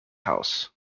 house